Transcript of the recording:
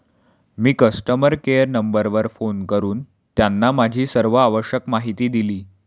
मी customer care नंबरवर phone करून त्यांना माझी सर्व आवश्यक माहिती दिली